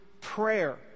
prayer